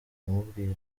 ndamubwira